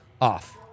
off